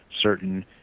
certain